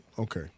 Okay